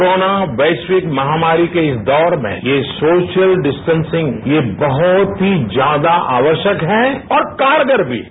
corona वैश्विक महामारी के इस दौर में यह सोशल डिस्टेंसिंग यह बहुत ही ज्यादा आवश्यक है और कारगर भी है